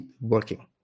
working